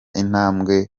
intambwe